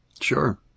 Sure